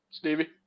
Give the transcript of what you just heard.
Stevie